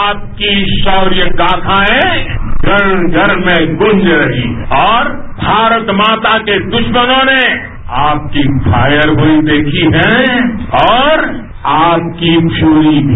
आपकी शौर्य गाधाएं घर घर में गूंज रही हैं और भारत माता के दुश्मनों ने आपकी फायर भी देखी है और आपकी प्यूरी भी